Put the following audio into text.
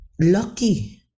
lucky